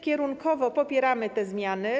Kierunkowo popieramy te zmiany.